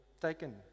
taken